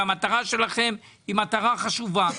וגם המטרה שלכם היא מטרה חשובה,